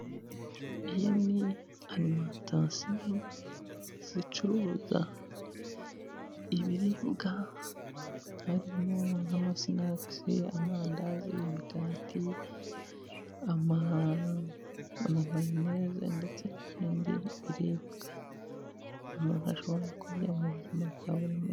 Iyi ni arimantasiyo zicuruza ibiribwa, harimo nk'amasinakisi, amandazi, imigati, amamayoneze, ndetse n'ibindi biribwa umuntu ashobora kurya mu buzima bwa buri munsi.